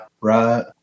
right